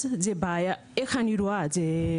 אז זו בעיה, זה איך שאני רואה את זה.